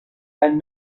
and